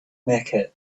mecca